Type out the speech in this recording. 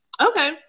Okay